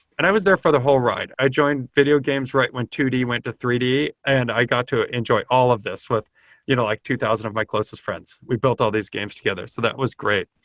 and i was there for the whole ride. i joined video games right when two d went to three d and i got to enjoy all of this with you know like two thousand of closest friends. we've built all these games together. so that was great.